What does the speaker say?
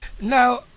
now